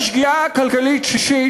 שגיאה כלכלית שישית,